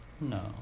No